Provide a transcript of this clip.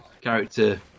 character